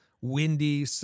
windy